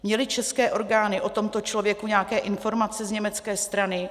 Měly české orgány o tomto člověku nějaké informace z německé strany?